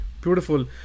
Beautiful